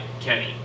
kenny